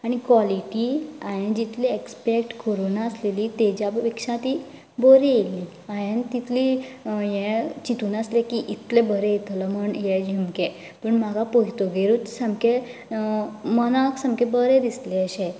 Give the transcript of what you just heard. आनी क्वॉलिटी हांयेंन जितली एक्सपॅक्ट करूंक नाशिल्ली तेच्या पेक्षा ती बरी येयली हांयेंन तितलीं हें चिंतू नासले की इतले बरें येतलो म्हण हे झुमके पूण म्हाका पळयतकीरच सामकें मनांत सामकें बरें दिसले अशें